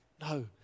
no